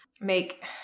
make